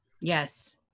Yes